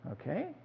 okay